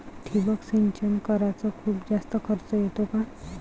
ठिबक सिंचन कराच खूप जास्त खर्च येतो का?